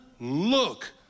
look